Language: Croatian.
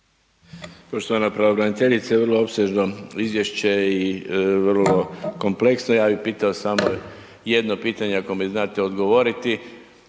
Poštovana pravobraniteljice, vrlo opsežno izvješće i vrlo kompleksno. Ja bi pitao samo jedno pitanje, ako mi znate odgovoriti.